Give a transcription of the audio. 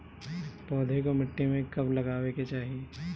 पौधे को मिट्टी में कब लगावे के चाही?